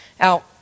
Now